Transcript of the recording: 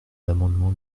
l’amendement